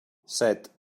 set